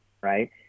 right